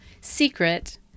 Secret